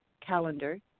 calendar